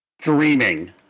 streaming